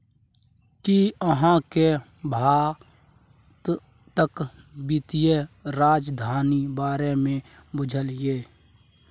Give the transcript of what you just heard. कि अहाँ केँ भारतक बित्तीय राजधानी बारे मे बुझल यै?